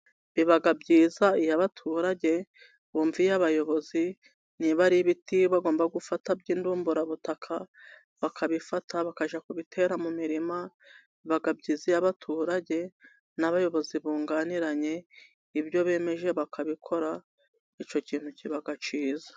Biba byiza iyo abaturage bumviye abayobozi, niba ari ibiti bagomba gufata by'indumburabutaka bakabifata bakajya kubitera mu mirima, biba byiza iyo abaturage n'abayobozi bunganiranye ibyo bemeje bakabikora, icyo kintu kiba cyiza.